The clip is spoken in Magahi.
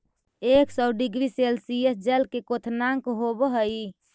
एक सौ डिग्री सेल्सियस जल के क्वथनांक होवऽ हई